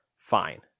Fine